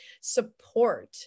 support